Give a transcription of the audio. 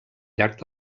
llarg